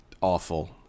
awful